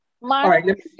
Mark